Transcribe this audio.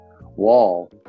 wall